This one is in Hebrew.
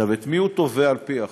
עכשיו, את מי הוא תובע על-פי החוק?